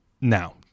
Now